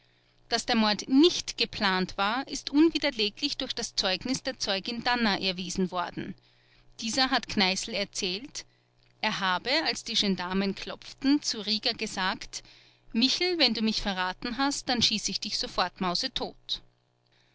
daß der mord nicht geplant war ist unwiderleglich durch das zeugnis der zeugin danner erwiesen worden dieser hat kneißl erzählt er habe als die gendarmen klopften zu rieger gesagt michel wenn du mich verraten hast dann schieße ich dich sofort mausetot